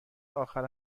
آخر